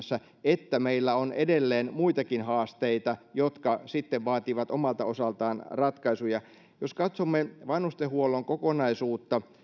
olemme tekemässä että meillä on edelleen muitakin haasteita jotka sitten vaativat omalta osaltaan ratkaisuja jos katsomme vanhustenhuollon kokonaisuutta